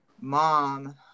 mom